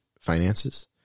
finances